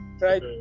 right